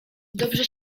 dobrze